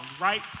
right